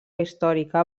històrica